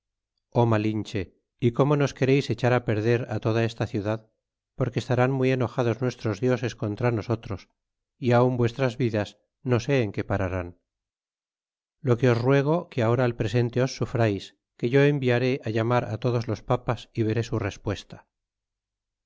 o malinche y como nos quereis echar á perder toda esta ciudad porque estarán muy enojados nuestros dioses contra nosotros y aun vuestras vidas no sé en qué pararán lo que os ruego que ahora al presente os sufrais que yo enviaré á llamar á todos los papas y veré su respuesta